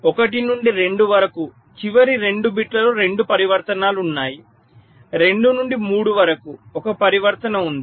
1 నుండి 2 వరకు చివరి 2 బిట్లలో 2 పరివర్తనాలు ఉన్నాయి 2 నుండి 3 వరకు ఒక పరివర్తన ఉంది